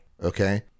Okay